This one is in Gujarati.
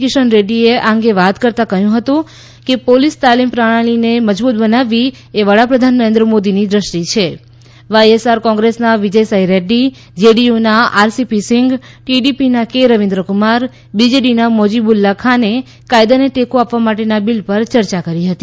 કિશન રેડ્ડીએ આ અંગે વાત કરતાં કહ્યું કે પોલીસ તાલીમ પ્રણાલીને મજબૂત બનાવવી એ વડા પ્રધાન નરેન્દ્ર મોદીની વ્રષ્ટિ છે વાયએસઆર કોંગ્રેસના વિજયસાઇ રેડ્ડી જેડીયુના આરસીપી સિંઘ ટીડીપીના કે રવિન્દ્ર કુમાર બીજેડીના મોઝીબુલ્લા ખાને કાયદાને ટેકો આપવા માટેના બિલ પર ચર્ચા કરી હતી